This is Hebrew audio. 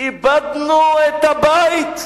איבדנו את הבית,